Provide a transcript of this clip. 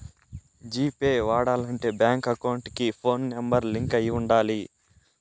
G Pay వాడాలంటే bank account కి phone number link అయి ఉండాలి